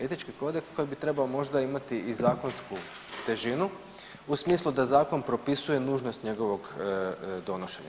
Etički kodeks koji bi trebao možda imati i zakonsku težinu u smislu da zakon propisuje nužnost njegovog donošenja.